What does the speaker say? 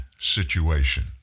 situation